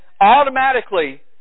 automatically